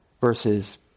versus